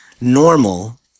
normal